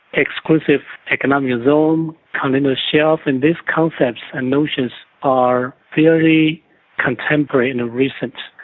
exclusive economic zones, um continental shelves and these concepts and notions are fairly contemporary and recent.